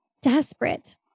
desperate